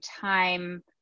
time